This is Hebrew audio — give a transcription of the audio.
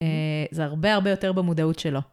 זה הרבה הרבה יותר במודעות שלו.